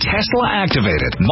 Tesla-activated